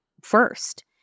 first